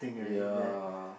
ya